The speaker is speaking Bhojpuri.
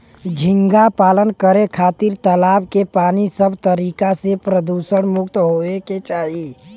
झींगा पालन करे खातिर तालाब के पानी सब तरीका से प्रदुषण मुक्त होये के चाही